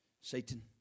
Satan